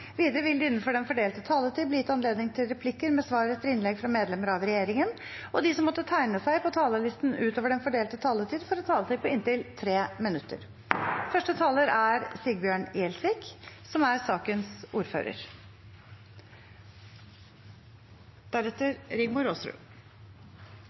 Videre vil det – innenfor den fordelte taletid – bli gitt anledning til replikker med svar etter innlegg fra medlemmer av regjeringen. De som måtte tegne seg på talerlisten utover den fordelte taletid, får en taletid på inntil 3 minutter. Loven som et samlet storting i dag stiller seg bak, er nødvendig og ekstraordinær. Den er